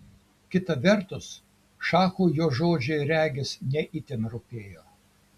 kita vertus šachui jo žodžiai regis ne itin rūpėjo